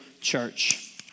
church